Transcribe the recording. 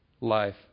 life